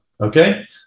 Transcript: Okay